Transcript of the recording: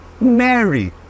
Mary